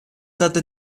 that